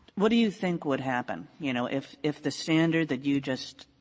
what do you think would happen? you know, if if the standard that you just